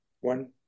one